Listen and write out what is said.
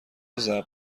ضرب